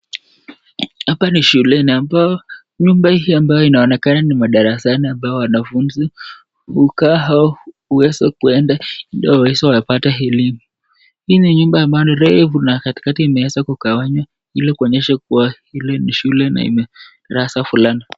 Hapa ni shuleni ambao nyumba hii ambayo inaonekana ni madarasani ambao wanafunzi hukaa hao huweza kuenda ili waweze kupata hili. Hii ni nyumba ambayo refu na katikati imeweza kukawanywa ili kuoneshwa kua hili ni shule na darasa fulani.